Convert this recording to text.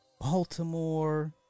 Baltimore